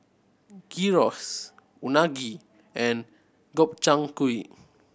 Gyros Unagi and Gobchang Gui